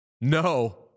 No